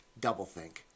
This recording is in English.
doublethink